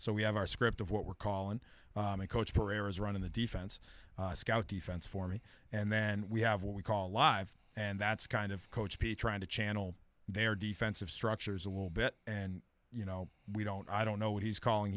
so we have our script of what we're calling a coach pereira's running the defense scout defense for me and then we have what we call live and that's kind of coach pete trying to channel their defensive structures a little bit and you know we don't i don't know what he's calling